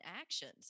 actions